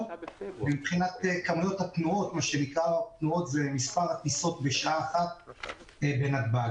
מבחינת כמות הטיסות בשעה אחת בנתב"ג.